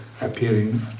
appearing